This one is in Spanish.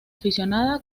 aficionada